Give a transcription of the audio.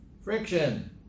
friction